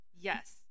Yes